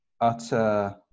utter